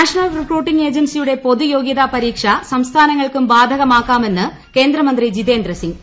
national recruiting ഏജൻസിയുടെ പൊതുയോഗൃതാ പരീക്ഷ സംസ്ഥാനങ്ങൾക്കും ബാധകമാക്കാമെന്ന് കേന്ദ്ര മന്ത്രി ജിതേന്ദ്ര സിംഗ്